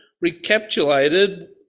recapitulated